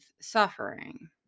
suffering